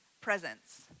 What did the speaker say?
presence